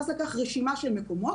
ואז לקח רשימה של מקומות,